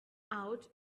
out